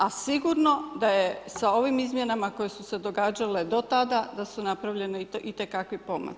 A sigurno da je sa ovim izmjenama koje su se događale do tada da su napravljeni itekakvi pomaci.